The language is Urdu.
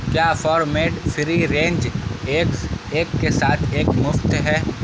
کیا farm made free range eggs ایک کے ساتھ ایک مفت ہے